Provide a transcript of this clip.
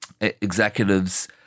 executives